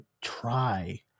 Try